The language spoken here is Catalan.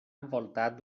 envoltat